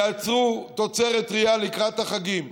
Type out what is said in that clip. יעצרו תוצרת טרייה לקראת החגים,